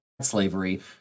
slavery